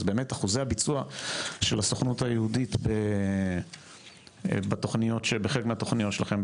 אז באמת אחוזי הביצוע של הסוכנות היהודית בחלק מהתוכניות שלכם,